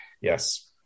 Yes